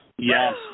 Yes